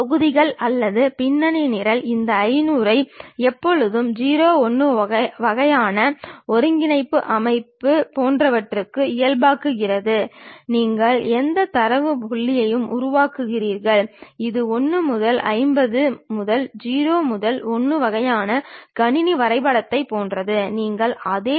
இங்கே உள்ள கிடைமட்ட மற்றும் செங்குத்து தளங்கள் எப்பொழுதுமே நிலையானவை இன்னும் ஒரு தளத்தை நாம் உருவாக்க போகிறோம் அதற்கு சாய்ந்த துணை தளம் என்று பெயர்